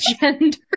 gender